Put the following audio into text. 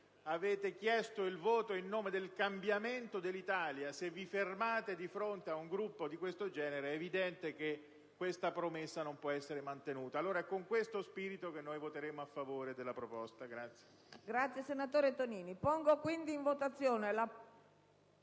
avete chiesto il voto in nome del cambiamento dell'Italia: se vi fermate di fronte a un gruppo di questo genere, è evidente che tale promessa non può essere mantenuta. È con questo spirito che voteremo a favore della proposta di